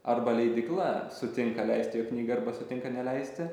arba leidykla sutinka leisti jo knygą arba sutinka neleisti